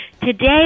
today